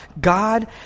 God